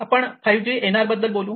आपण 5G NR बद्दल बोलू